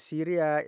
Syria